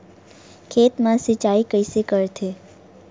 खेत मा सिंचाई कइसे करथे?